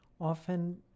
often